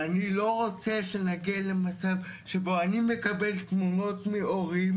ואני לא רוצה שנגיע למצב שבו אני מקבל תמונות מהורים